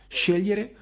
scegliere